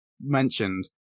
mentioned